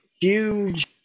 huge